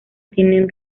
tienen